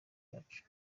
yacu